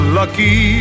lucky